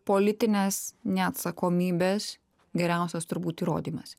politinės neatsakomybės geriausias turbūt įrodymas